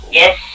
yes